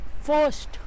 first